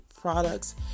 products